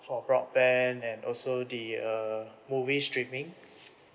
for broadband and also the uh movie streaming